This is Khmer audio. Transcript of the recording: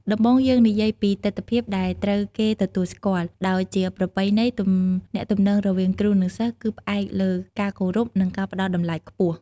ដំបូងយើងនិយាយពីទិដ្ឋភាពដែលត្រូវគេទទួលស្គាល់ ដោយជាប្រពៃណី ទំនាក់ទំនងរវាងគ្រូ និងសិស្សគឺផ្អែកលើការគោរព និងការផ្តល់តម្លៃខ្ពស់។